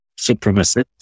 supremacist